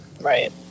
Right